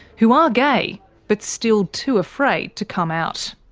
who are gay but still too afraid to come out.